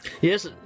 Yes